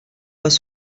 pas